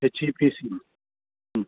ಹೆಚ್ E P ಸಿನಾ ಹ್ಞೂ